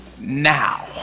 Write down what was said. now